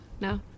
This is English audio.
No